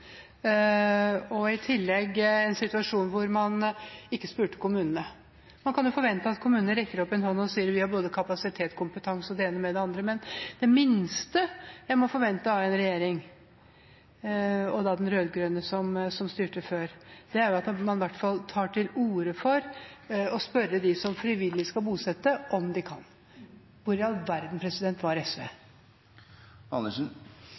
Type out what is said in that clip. man i tillegg hadde en situasjon hvor man ikke spurte kommunene. Man kan jo forvente at kommunene rekker opp en hånd og sier at de har både kapasitet, kompetanse og det ene med det andre, men det minste en må forvente av en regjering, og da tenker jeg på den rød-grønne som styrte før, er at man i hvert fall tar til orde for å spørre dem som frivillig skal bosette, om de kan. Hvor i all verden var SV?